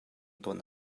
tuan